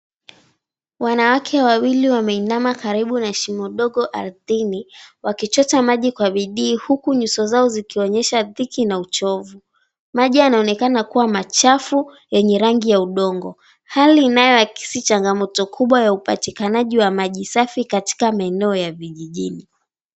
Wanawake wawili wameinama karibu na shimo dogo ardhini wakichota maji kwa bidii huku nyuso zao zikionyesha dhiki na uchovu. Maji yanaonekana kuwa machafu yenye rangi ya udongo hali inayoakisi changamoto kubwa ya upatikanaji wa maji safi katika maeneo ya vijijini.